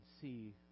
see